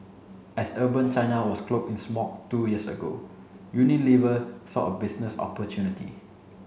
as urban China was cloaked in smog two years ago Unilever saw a business opportunity